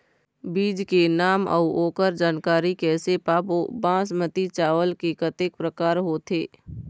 बीज के नाम अऊ ओकर जानकारी कैसे पाबो बासमती चावल के कतेक प्रकार होथे?